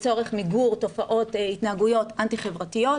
לצורך מיגור תופעות התנהגויות אנטי חברתיות,